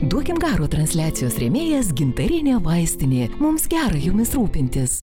duokim garo transliacijos rėmėjas gintarinė vaistinė mums gerai jumis rūpintis